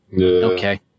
Okay